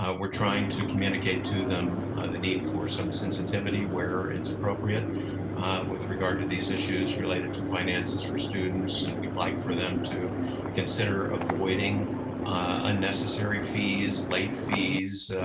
ah we're trying to communicate to them the need for some sensitivity where it's appropriate with regard to these issues related to finances for students and we'd like for them to consider avoiding unnecessary fees, late fees,